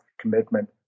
commitment